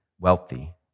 wealthy